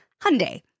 Hyundai